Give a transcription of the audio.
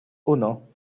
uno